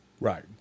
Right